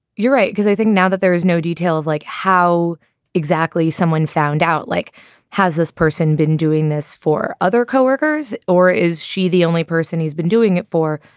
you're right. because i think now that there is no details like how exactly someone found out, like has this person been doing this for other co-workers or is she the only person who's been doing it for?